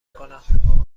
کنم